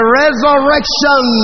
resurrection